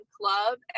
club